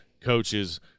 coaches